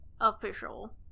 official